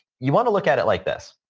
you want to look at it like this.